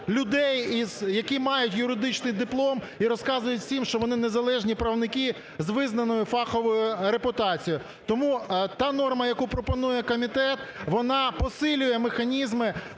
людей, які мають юридичний диплом і розказують всім, що вони незалежні правники з визнаною фаховою репутацією. Тому та норма, яку пропонує комітет, вона посилює механізми